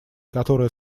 которая